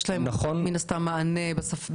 יש להם מענה בשפתם?